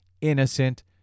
innocent